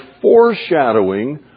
foreshadowing